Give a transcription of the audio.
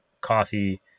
coffee